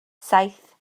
saith